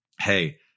Hey